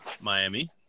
Miami